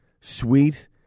sweet